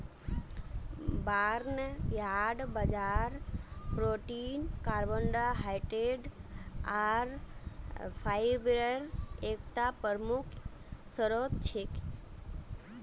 barnyard बाजरा protein carbohydrate आर फाईब्रेर एकता प्रमुख स्रोत छिके